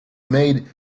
made